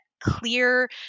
clear